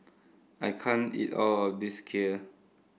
I can't eat all of this Kheer